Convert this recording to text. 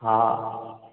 हा